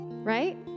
right